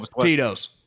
Tito's